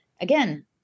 Again